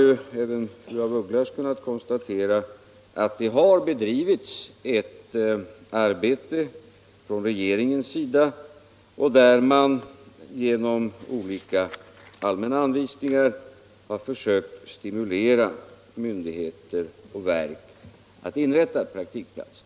Som även fru af Ugglas har kunnat konstatera har det bedrivits ett arbete i den riktningen från regeringens sida. I det arbetet har man genom olika allmänna anvisningar försökt stimulera myndigheter och verk att inrätta praktikplatser.